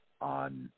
on